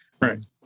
Right